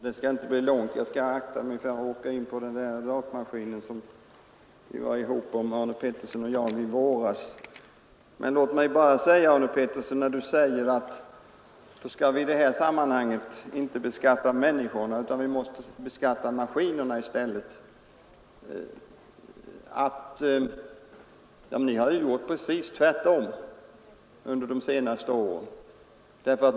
Herr talman! Det skall inte bli långt, jag skall akta mig för att halka in på den där rakmaskinen som herr Arne Pettersson och jag var ihop om i våras. Herr Pettersson säger att vi inte skall beskatta människorna utan måste börja beskatta maskinerna i stället. Men ni har ju gjort precis tvärtom under de senaste åren.